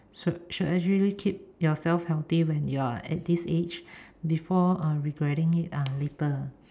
should should actually keep yourself healthy from you're at this age before uh regretting it uh later